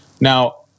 Now